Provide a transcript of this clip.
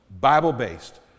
Bible-based